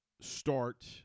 start